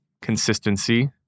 consistency